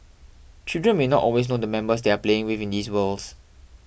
children may not always know the members they are playing with in these worlds